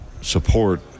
support